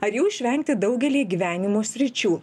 ar jų išvengti daugelyje gyvenimo sričių